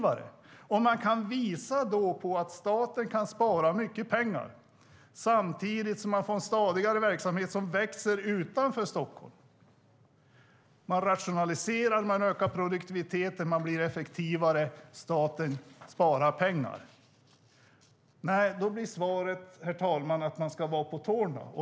Staten kan spara mycket pengar samtidigt som man får en stadigare verksamhet som växer utanför Stockholm. Man rationaliserar, ökar produktiviteten och blir effektivare. Staten sparar pengar. Men, herr talman, då blir svaret att man ska vara på tårna.